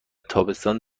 تابستان